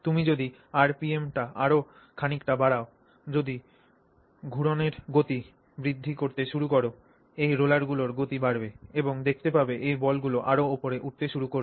তুমি যদি আরপিএমটি আরও খানিকটা বাড়াও যদি ঘূর্ণনের গতি বৃদ্ধি করতে শুরু কর এই রোলারগুলির গতি বাড়বে এবং দেখতে পাবে এই বলগুলি আরও উপরে উঠতে শুরু করেছে